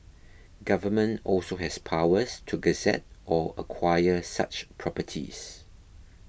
government also has powers to gazette or acquire such properties